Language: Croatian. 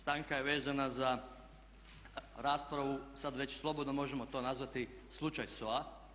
Stanka je vezana za raspravu sad već slobodno možemo to nazvati "slučaj SOA"